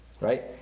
right